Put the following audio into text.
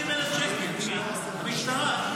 לקחה 150,000 שקלף המשטרה.